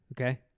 okay